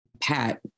pat